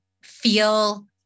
feel